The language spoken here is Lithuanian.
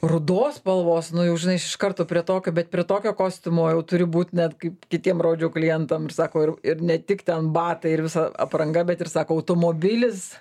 rudos spalvos nu jau žinai aš iš karto prie tokio bet prie tokio kostiumo jau turi būt net kaip kitiem rodžiau klientam ir sako ir ir ne tik ten batai ir visa apranga bet ir sako automobilis